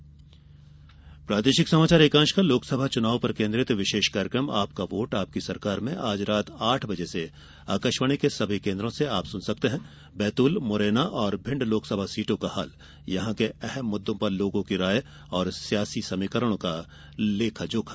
विशेष कार्यक्रम प्रादेशिक समाचार एकांश के लोकसभा चुनाव पर केन्द्रित विशेष कार्यकम आपका वोट आपकी सरकार में आज रात आठ बजे से आकाशवाणी के सभी केन्द्रों से सुन सकते हैं बैतुल मुरैना और भिंड लोकसभा सीटों का हाल यहां के अहम मुददों पर लोगों की राय और सियासी समीकरणों का लेखा जोखा